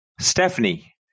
Stephanie